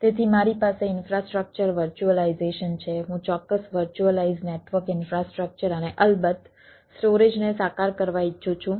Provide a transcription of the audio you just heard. તેથી મારી પાસે ઈન્ફ્રાસ્ટ્રક્ચર વર્ચ્યુઅલાઈઝેશન છે હું ચોક્કસ વર્ચ્યુઅલાઈઝ નેટવર્ક ઈન્ફ્રાસ્ટ્રક્ચર અને અલબત્ત સ્ટોરેજને સાકાર કરવા ઈચ્છું છું